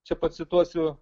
čia pacituosiu